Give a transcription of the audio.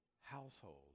household